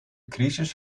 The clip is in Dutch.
crisis